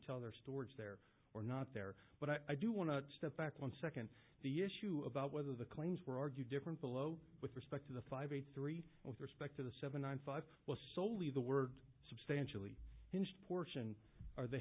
tell other stores there or not there but i do want to step back one second the issue about whether the claims were argued different below with back to the five a three with respect to the seven and five was soley the word substantially hinged portion are the